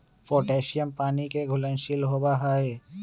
potassium पानी के घुलनशील होबा हई